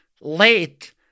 late